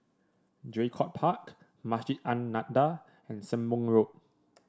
Draycott Park Masjid An Nahdhah and Sembong Road